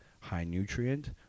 high-nutrient